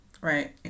right